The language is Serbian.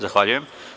Zahvaljujem.